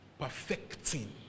Perfecting